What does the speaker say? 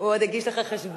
הוא עוד יגיש לך חשבונית.